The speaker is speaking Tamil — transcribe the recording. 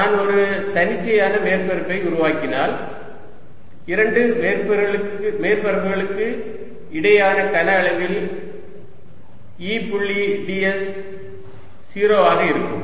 நான் ஒரு தன்னிச்சையான மேற்பரப்பை உருவாக்கினால் இரண்டு மேற்பரப்புகளுக்கு இடையிலான கன அளவில் E புள்ளி ds 0 ஆக இருக்கும்